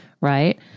right